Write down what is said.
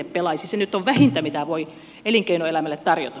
se nyt on vähintä mitä voi elinkeinoelämälle tarjota